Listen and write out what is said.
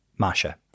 Masha